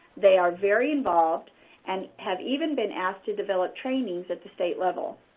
they are very involved and have even been asked to develop trainings at the state level.